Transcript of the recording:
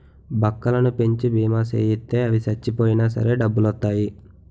బక్కలను పెంచి బీమా సేయిత్తే అవి సచ్చిపోయినా సరే డబ్బులొత్తాయి